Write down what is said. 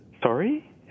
sorry